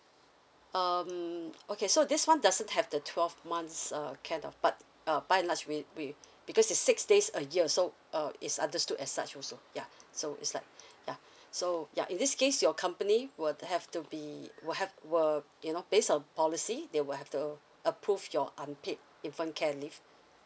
um okay so this one doesn't have the twelve months uh can of but uh by at large with with because is six days a year so uh is understood as such also ya so it's like ya so ya in this case your company will have to be will have will you know based on a policy they will have to approve your unpaid infant care leave